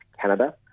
Canada